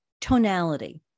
Tonality